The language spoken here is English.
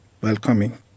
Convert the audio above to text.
welcoming